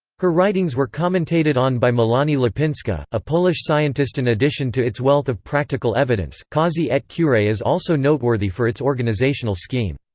her writings were commentated on by melanie lipinska, a polish scientistin addition to its wealth of practical evidence, causae et curae is also noteworthy for its organizational scheme.